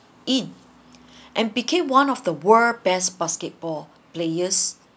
in and became one of the world's best basketball players